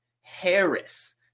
Harris